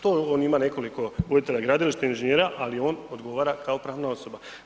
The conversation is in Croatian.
Tu on ima nekoliko voditelja gradilišta inženjera ali on odgovara kao pravna osoba.